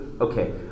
okay